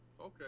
Okay